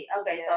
Okay